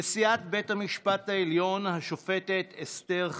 נשיאת בית המשפט העליון השופטת אסתר חיות,